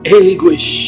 anguish